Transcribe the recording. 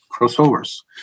crossovers